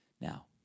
Now